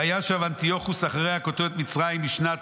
וישוב אנטיוכוס אחרי הכותו את מצרים בשנת